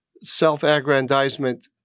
self-aggrandizement